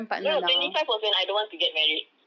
no no twenty five was when I don't want to get married